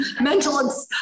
mental